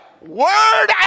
Word